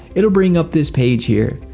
it'll bring up this page here.